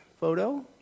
photo